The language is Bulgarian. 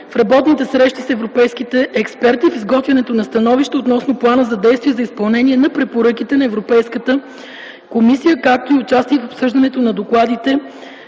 в работните срещи с европейските експерти, в изготвянето на становища относно Плана за действие за изпълнение на препоръките на Европейската комисия, както и участие в обсъждането на докладите